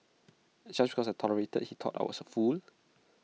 just because I tolerated he thought I was A fool